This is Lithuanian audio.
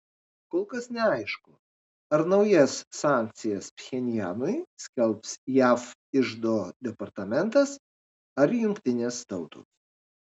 kol kas neaišku ar naujas sankcijas pchenjanui skelbs jav iždo departamentas ar jungtinės tautos